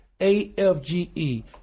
AFGE